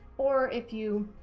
or if you